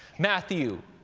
matthew,